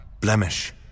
blemish